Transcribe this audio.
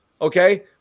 okay